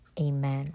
amen